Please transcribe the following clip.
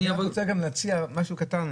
אני רק רוצה להציע משהו קטן,